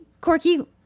Corky